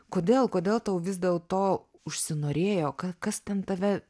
kodėl kodėl tau vis dėlto užsinorėjo ka kas ten tave